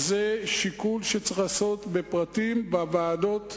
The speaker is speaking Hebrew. זה שיקול שצריך לעשות בפרטים בוועדות: